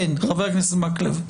חבר הכנסת מקלב.